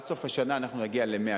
עד סוף השנה אנחנו נגיע ל-100.